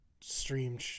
stream